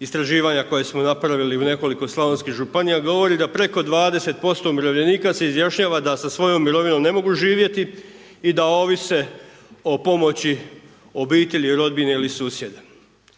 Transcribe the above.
istraživanja koja smo napravili u nekoliko slavonskih županija, govori preko 20% umirovljenika se izjašnjava da sa svojom mirovinom ne mogu živjeti i da ovise o pomoći obitelji, rodbine ili susjeda.